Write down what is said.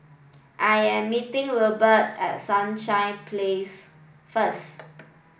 I am meeting Wilbert at Sunshine Place first